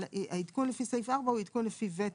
אבל העדכון לפי סעיף 4 הוא עדכון לפי ותק.